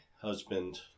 husband